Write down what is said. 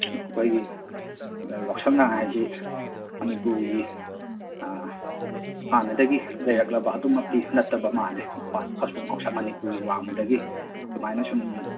ꯑꯩꯈꯣꯏꯒꯤ ꯌꯥꯎꯁꯪꯒ ꯍꯥꯏꯕꯁꯤ ꯃꯅꯤꯄꯨꯔꯒꯤ ꯍꯥꯟꯅꯗꯒꯤ ꯂꯩꯔꯛꯂꯕ ꯑꯗꯨꯃꯛꯇꯤ ꯅꯠꯇꯕ ꯃꯥꯜꯂꯦ ꯃꯄꯥꯜ ꯑꯁꯣꯝ ꯑꯥꯎꯁꯥꯏꯠ ꯃꯅꯤꯄꯨꯔꯒꯤ ꯋꯥꯡꯃꯗꯒꯤ ꯑꯗꯨꯃꯥꯏꯅ ꯁꯨꯝ